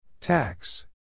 Tax